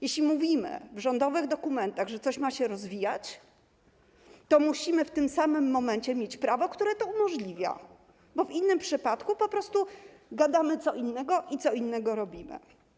Jeżeli mówimy w rządowych dokumentach o tym, że coś ma się rozwijać, to musimy w tym momencie mieć prawo, które to umożliwia, bo w przeciwnym razie po prostu gadamy co innego i co innego robimy.